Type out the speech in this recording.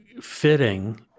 fitting